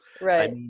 right